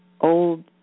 old